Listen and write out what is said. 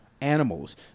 animals